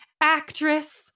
actress